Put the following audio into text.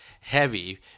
heavy